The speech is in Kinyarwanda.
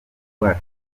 rwacu